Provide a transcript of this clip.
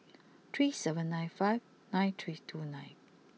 three seven nine five nine three two nine